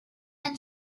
and